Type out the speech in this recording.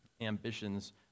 ambitions